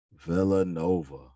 Villanova